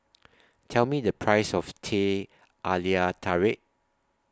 Tell Me The Price of Teh Halia Tarik